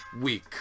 week